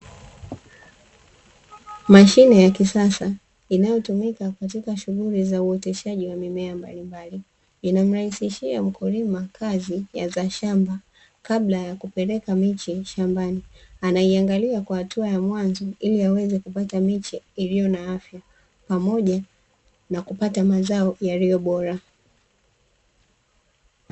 Mashine ya kisasa inayotumika katika shughuli za uoteshaji wa mimea mbalimbali, inayomrahisishia mkulima kazi za shamba kabla ya kupeleka miche shambani, anaiangalia kwa hatua ya mwanzo ili aweze pata miche iliyo na afya pamoja na kupata mazao yaliyo bora.